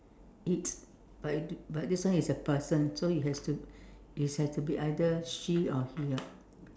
it but but this one is a person so it has to it has to be either she or he [what]